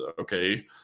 okay